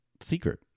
secret